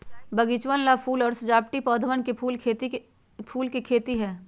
बगीचवन ला फूल और सजावटी पौधवन के खेती फूल के खेती है